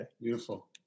Beautiful